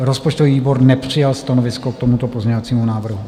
Rozpočtový výbor nepřijal stanovisko k tomuto pozměňovacímu návrhu.